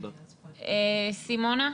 סימונה,